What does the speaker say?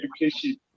education